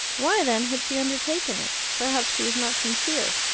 why, then, had she undertaken it? perhaps she was not sincere.